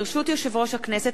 ברשות יושב-ראש הכנסת,